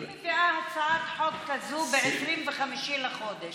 אני מביאה הצעת חוק כזאת ב-25 לחודש,